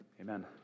Amen